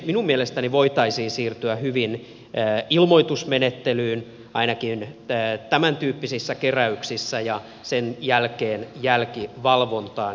minun mielestäni voitaisiin siirtyä hyvin ilmoitusmenettelyyn ainakin tämäntyyppisissä keräyksissä ja sen jälkeen jälkivalvontaan